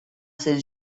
saint